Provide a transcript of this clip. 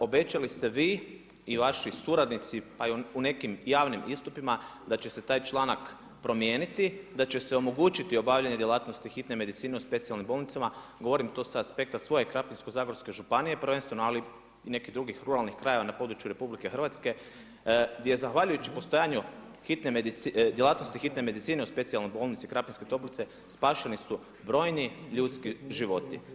Obećali ste vi i vaši suradnici pa i u nekim javnim istupima da će se taj članak promijeniti, da će se omogućiti obavljanje djelatnosti hitne medicine u specijalnim bolnicama, govorim to sa aspekta svoje Krapinsko-zagorske županije prvenstveno ali i nekih drugih ruralnih krajeva na području RH gdje zahvaljujući postojanju djelatnosti hitne medicine u specijalnoj bolnici Krapinske toplice, spašeni su brojni ljudski život.